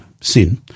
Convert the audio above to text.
sin